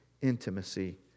intimacy